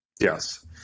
Yes